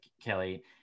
kelly